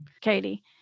Katie